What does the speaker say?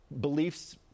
beliefs